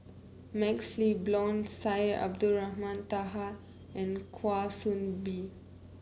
MaxLe Blond Syed Abdulrahman Taha and Kwa Soon Bee